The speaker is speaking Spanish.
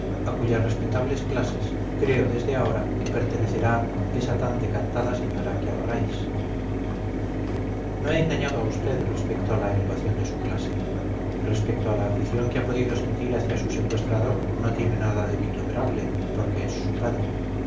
cuyas respetables clases creo desde ahora que pertenecerá esa tan decantada señora que adoráis no he engañado a usted respecto a la elevación de su clase respecto a la afición que ha podido sentir hacia su secuestrador no tiene nada de vituperable porque es su padre